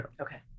Okay